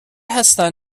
هستن